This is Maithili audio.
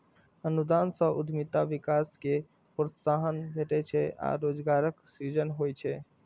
अनुदान सं उद्यमिता विकास कें प्रोत्साहन भेटै छै आ रोजगारक सृजन होइ छै